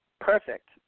Perfect